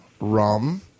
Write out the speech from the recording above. rum